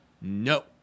no